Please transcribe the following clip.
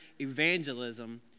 evangelism